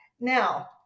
now